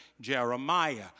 Jeremiah